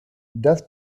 das